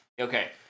Okay